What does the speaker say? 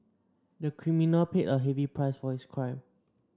the criminal paid a heavy price for his crime